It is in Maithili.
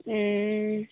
हूँ